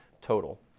total